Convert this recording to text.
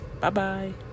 Bye-bye